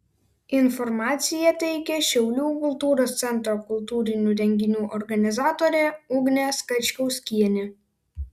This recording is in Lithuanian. informaciją teikia šiaulių kultūros centro kultūrinių renginių organizatorė ugnė skačkauskienė